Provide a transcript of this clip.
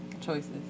Choices